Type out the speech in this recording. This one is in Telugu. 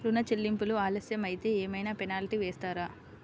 ఋణ చెల్లింపులు ఆలస్యం అయితే ఏమైన పెనాల్టీ వేస్తారా?